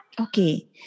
okay